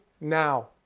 now